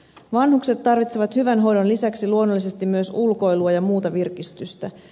vanhukset tarvitsevat hyvän hoidon lisäksi luonnollisesti myös ulkoilua ja muuta virkistystä